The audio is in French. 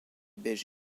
beige